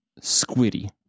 Squiddy